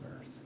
earth